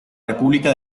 república